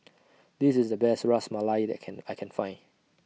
This IS The Best Ras Malai that Can I Can Find